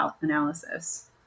analysis